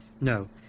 No